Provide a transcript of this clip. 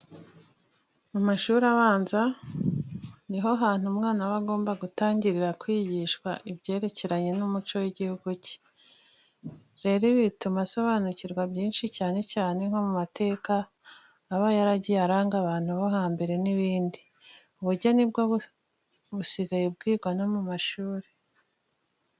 Mu mashuri abanza, ni ho hantu umwana aba agomba gutangirira kwigishwa ibyerekeranye n'umuco w'igihugu cye. Rero, ibi bituma asobanukirwa byinshi cyane cyane nko ku mateka aba yaragiye aranga abantu bo hambere n'ibindi. Ubugeni bwo busigaye bwigwa no mu mashuri.